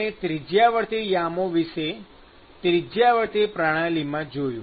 આપણે ત્રિજ્યાવર્તી યામો વિષે ત્રિજ્યાવર્તી પ્રણાલીમાં જોયું